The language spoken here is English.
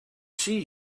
see